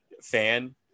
fan